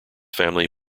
family